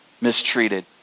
mistreated